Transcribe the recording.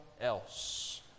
else